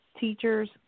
teachers